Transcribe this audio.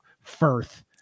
Firth